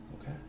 Okay